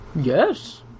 Yes